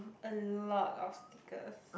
a lot of stickers